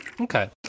Okay